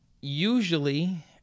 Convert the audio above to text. usually